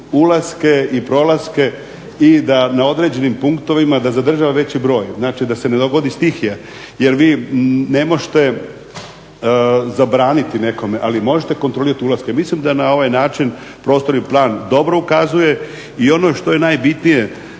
ulaske i prolaske i da na određenim punktovima, da zadržava veći broj, znači da se ne dogodi stihija jer vi ne možete zabraniti nekome, ali možete kontrolirati ulaske. Mislim da na ovaj način prostorni plan dobro ukazuje i ono što je najbitnije